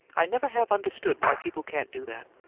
i never have understood why people can't do that.